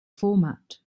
format